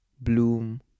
bloom